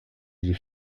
die